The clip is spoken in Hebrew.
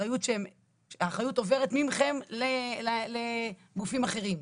האחריות עוברת מכם לגופים אחרים.